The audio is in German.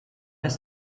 ist